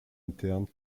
internes